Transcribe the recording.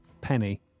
Penny